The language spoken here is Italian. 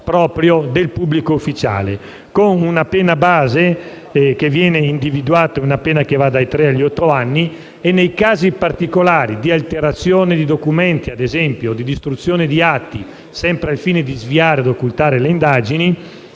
proprio del pubblico ufficiale, con una pena base, che viene individuata dai tre agli otto anni, e, nei casi particolari di alterazione di documenti e di distruzione di atti sempre al fine di sviare od occultare le indagini,